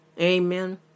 Amen